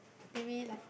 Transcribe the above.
did we like